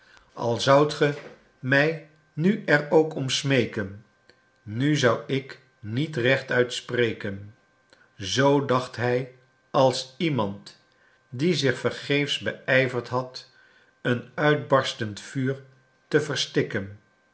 al zoudt ge mij nu er ook om smeeken nu zou ik niet rechtuit spreken zoo dacht hij als iemand die zich vergeefs beijverd had een uitbarstend vuur te verstikken